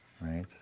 right